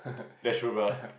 that's